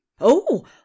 Oh